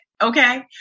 okay